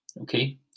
Okay